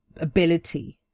ability